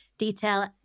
detail